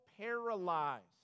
paralyzed